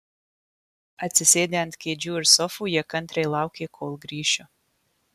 atsisėdę ant kėdžių ir sofų jie kantriai laukė kol grįšiu